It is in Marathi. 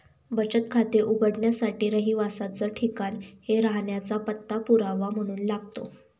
बचत खाते उघडण्यासाठी रहिवासाच ठिकाण हे राहण्याचा पत्ता पुरावा म्हणून लागतो